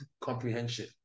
comprehension